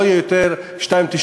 לא יהיה יותר 2.99,